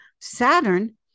Saturn